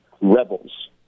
rebels